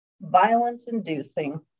violence-inducing